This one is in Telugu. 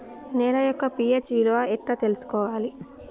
నేల యొక్క పి.హెచ్ విలువ ఎట్లా తెలుసుకోవాలి?